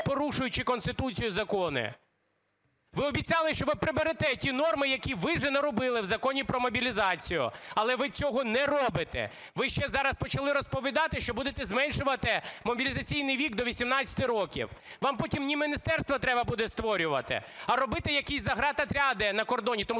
порушуючи Конституцію і закони. Ви обіцяли, що ви приберете ті норми, які ви ж і наробили в Законі про мобілізацію, але ви цього не робите. Ви ще зараз почали розповідати, що будете зменшувати мобілізаційний вік до 18 років. Вам потім не міністерство треба буде створювати, а робити якісь заградотряды на кордоні, тому